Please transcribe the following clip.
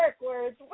words